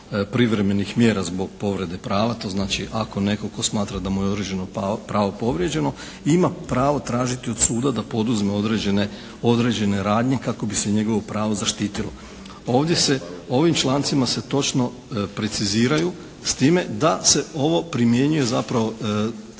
privremenih mjera zbog povrede prava. To znači ako netko tko smatra da mu je određeno pravo povrijeđeno ima pravo tražiti od suda da poduzme određene, određene radnje kako bi se njegovo pravo zaštitilo. Ovdje se, ovim člancima se točno preciziraju s time da se ovo primjenjuje zapravo